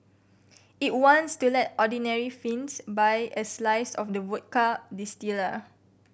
it wants to let ordinary Finns buy a slice of the vodka distiller